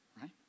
Right